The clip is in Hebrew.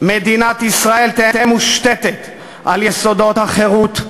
"מדינת ישראל תהא מושתתת על יסודות החירות,